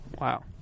Wow